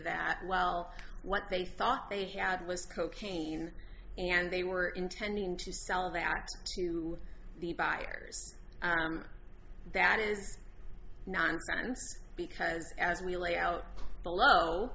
that well what they thought they had was cocaine and they were intending to sell that to the buyers that is nonsense because as we lay out below